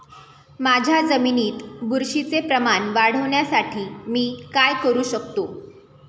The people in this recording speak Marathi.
माझ्या जमिनीत बुरशीचे प्रमाण वाढवण्यासाठी मी काय करू शकतो?